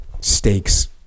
stakes